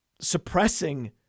suppressing